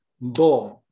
Boom